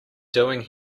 doing